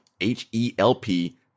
H-E-L-P